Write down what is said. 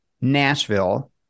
Nashville